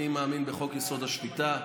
אני מאמין בחוק-יסוד: השפיטה,